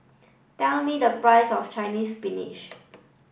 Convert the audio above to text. tell me the price of Chinese Spinach